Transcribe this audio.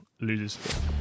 loses